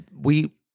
we-